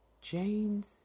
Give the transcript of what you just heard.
Jane's